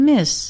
Miss